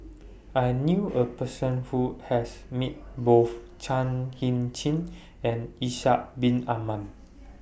I knew A Person Who has Met Both Chan Heng Chee and Ishak Bin Ahmad